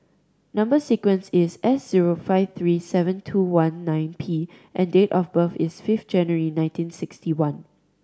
number sequence is S zero five three seven two one nine P and date of birth is fifth January nineteen sixty one